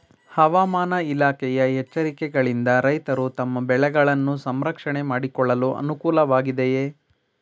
ಹವಾಮಾನ ಇಲಾಖೆಯ ಎಚ್ಚರಿಕೆಗಳಿಂದ ರೈತರು ತಮ್ಮ ಬೆಳೆಗಳನ್ನು ಸಂರಕ್ಷಣೆ ಮಾಡಿಕೊಳ್ಳಲು ಅನುಕೂಲ ವಾಗಿದೆಯೇ?